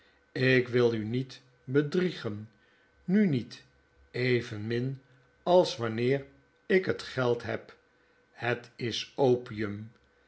ik wil u niet bedriegen nu niet evenmin als wanneer ik het geld heb het is opium